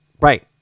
Right